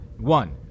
One